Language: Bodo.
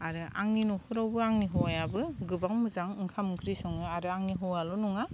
आरो आंनि न'खरावबो आंनि हौवायाबो गोबां मोजां ओंखाम ओंख्रि सङो आरो आंनि हौवाल' नङा